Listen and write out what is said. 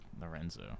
Lorenzo